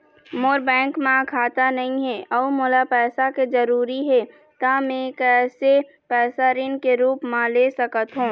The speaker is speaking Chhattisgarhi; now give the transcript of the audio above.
मोर बैंक म खाता नई हे अउ मोला पैसा के जरूरी हे त मे कैसे पैसा ऋण के रूप म ले सकत हो?